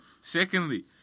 Secondly